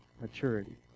maturity